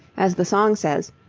as the song says,